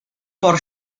por